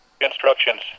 Instructions